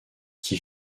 qui